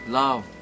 love